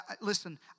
Listen